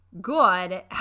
good